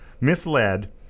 misled